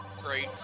great